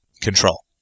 control